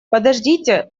подождите